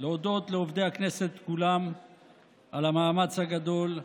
לעובדי הכנסת כולם על המאמץ הגדול,